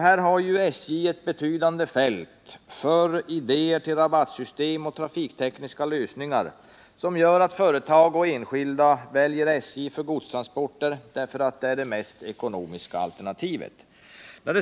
Här har SJ ett betydande fält för idéer till rabattsystem och trafiktekniska lösningar som gör att företag och enskilda väljer SJ för godstransporter därför att det är det mest ekonomiska alternativet.